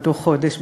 באותו חודש,